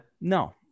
No